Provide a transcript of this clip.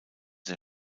der